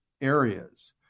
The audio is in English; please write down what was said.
areas